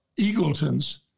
Eagleton's